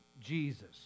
Jesus